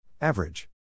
Average